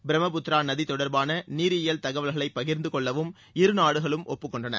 பிரம்மபுத்திரா நதி தொடர்பான நீரியியல் தகவல்களை பகிர்ந்துகொள்ளவும் இருநாடுகளும் ஒப்புக்கொண்டன